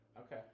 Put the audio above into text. Okay